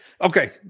Okay